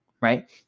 right